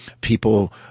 people